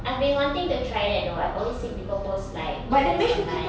I've been wanting to try that though I've always seen people post like this online